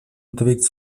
unterwegs